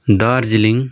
Darjeeling